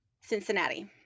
cincinnati